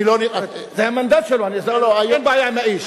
אני לא נכנס, זה המנדט שלו, אין בעיה עם האיש.